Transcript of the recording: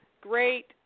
great